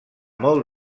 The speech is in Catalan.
molt